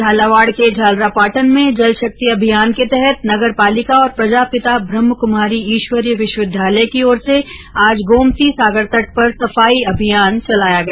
झालावाड के झालरापाटन में जल शक्ति अभियान के तहत नगर पालिका और प्रजापिता ब्रह्मक्मारी ईश्वरी विश्वविद्यालय की ओर से आज गोमती सागर तट पर सफाई अभियान चलाया गया